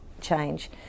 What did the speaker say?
change